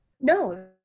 no